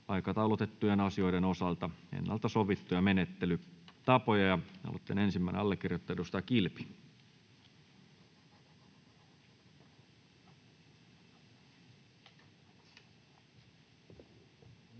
aikataulutettujen asioiden osalta sovittuja menettelytapoja. — Aloitteen ensimmäinen allekirjoittaja, edustaja